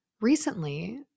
Recently